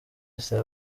esther